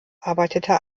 arbeitete